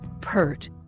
Pert